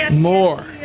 More